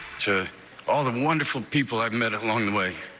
to all the wonderful people i've met along the way,